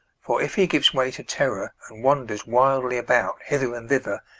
for if he gives way to terror, and wanders wildly about hither and thither,